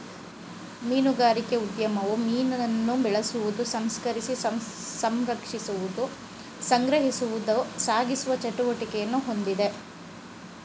ಮೀನುಗಾರಿಕೆ ಉದ್ಯಮವು ಮೀನನ್ನು ಬೆಳೆಸುವುದು ಸಂಸ್ಕರಿಸಿ ಸಂರಕ್ಷಿಸುವುದು ಸಂಗ್ರಹಿಸುವುದು ಸಾಗಿಸುವ ಚಟುವಟಿಕೆಯನ್ನು ಹೊಂದಿದೆ